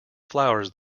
flowers